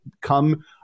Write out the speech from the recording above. come